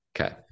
okay